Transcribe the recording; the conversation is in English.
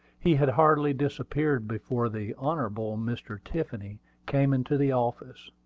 he had hardly disappeared before the hon. mr. tiffany came into the office.